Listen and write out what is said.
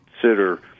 consider